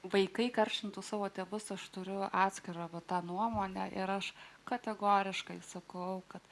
vaikai karšintų savo tėvus aš turiu atskirą va tą nuomonę ir aš kategoriškai sakau kad